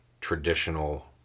traditional